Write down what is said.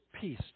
peace